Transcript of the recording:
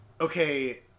okay